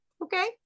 Okay